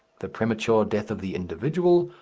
the premature death of the individual,